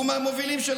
הוא מהמובילים של